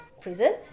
prison